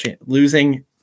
losing